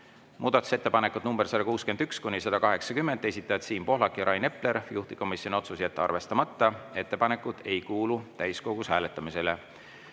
Muudatusettepanekud nr 161–180, esitajad Siim Pohlak ja Rain Epler. Juhtivkomisjoni otsus: jätta arvestamata. Ettepanekud ei kuulu täiskogus hääletamisele.